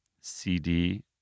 C-D